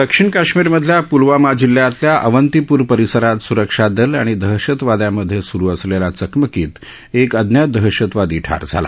दक्षिण कश्मीर मधल्या प्लवामा जिल्ह्यातल्या अवंतीपुरा परिसरात सुरक्षा दल आणि दहशतवाद्यांमध्ये स्रू असलेल्या चकमकीत एक अज्ञात दहशतवादी ठार झाला